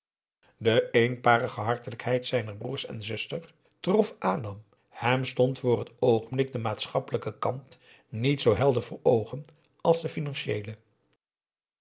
de eenparige hartelijkheid zijner broers en zuster trof adam hem stond voor het oogenblik de maatschappelijke kant niet zoo helder voor oogen als de financieele